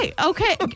okay